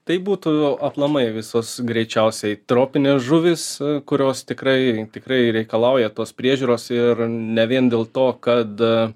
tai būtų aplamai visos greičiausiai tropinės žuvys kurios tikrai tikrai reikalauja tos priežiūros ir ne vien dėl to kad